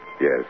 Yes